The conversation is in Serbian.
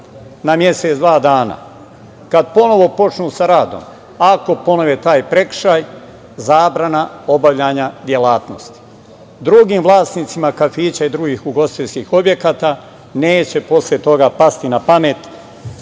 na mesec-dva dana. Kad ponovo počnu sa radom, ako ponove taj prekršaj, zabrana obavlja delatnosti. Drugim vlasnicima kafića i drugih ugostiteljskih objekata neće posle toga pasti napamet